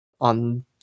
On